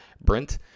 Brent